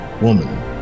Woman